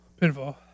Pinfall